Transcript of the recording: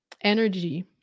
energy